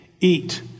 eat